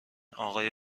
آقای